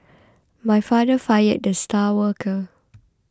my father fired the star worker